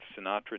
Sinatra